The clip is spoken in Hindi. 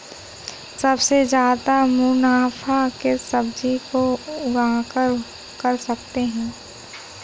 सबसे ज्यादा मुनाफा किस सब्जी को उगाकर कर सकते हैं?